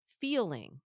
feeling